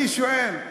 אני שואל.